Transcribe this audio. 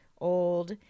old